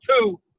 two